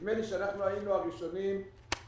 נדמה לי שאנחנו היינו הראשונים שקלטו.